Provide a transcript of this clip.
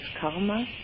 karma